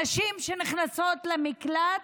הנשים שנכנסות למקלט,